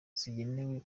zigenewe